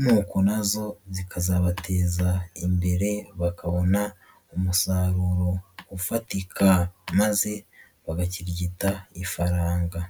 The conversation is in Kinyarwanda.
nuko na zo zikazabateza imbere bakabona umusaruro ufatika, maze bagakirigita ifaranga.